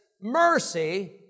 mercy